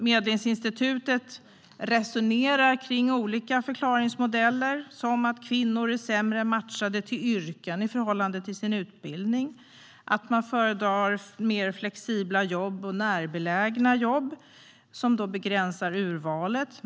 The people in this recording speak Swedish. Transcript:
Medlingsinstitutet resonerar kring olika förklaringsmodeller, till exempel att kvinnor är sämre matchade till yrken i förhållande till sin utbildning eller att kvinnor föredrar mer flexibla och närbelägna jobb, vilket begränsar urvalet.